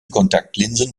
kontaktlinsen